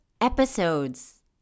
episodes